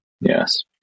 Yes